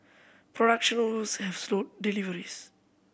production woes have slowed deliveries